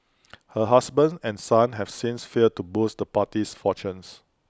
her husband and son have since failed to boost the party's fortunes